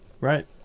Right